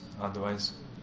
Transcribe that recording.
otherwise